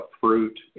fruit